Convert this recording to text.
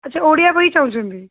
ଆଚ୍ଛା ଓଡ଼ିଆ ବହି ଚାହୁଁଛନ୍ତି